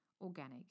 organic